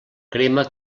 crema